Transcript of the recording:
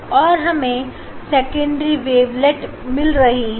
और हमें secondary wavelet मिल रही है